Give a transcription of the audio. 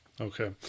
Okay